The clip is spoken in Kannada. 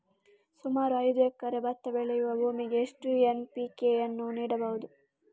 ಸುಮಾರು ಐದು ಎಕರೆ ಭತ್ತ ಬೆಳೆಯುವ ಭೂಮಿಗೆ ಎಷ್ಟು ಎನ್.ಪಿ.ಕೆ ಯನ್ನು ನೀಡಬಹುದು?